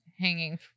hanging